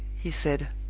he said,